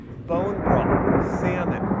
bone broth, salmon,